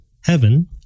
heaven